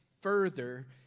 further